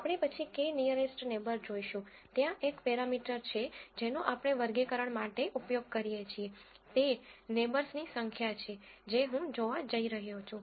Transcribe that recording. આપણે પછી k nearest neighbour જોઈશું ત્યાં એક પેરામીટર છે જેનો આપણે વર્ગીકરણ માટે ઉપયોગ કરીએ છીએ તે નેબર્સની સંખ્યા છે જે હું જોવા જઈ રહ્યો છું